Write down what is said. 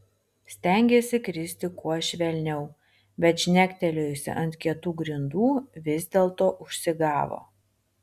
stengėsi kristi kuo švelniau bet žnektelėjusi ant kietų grindų vis dėlto užsigavo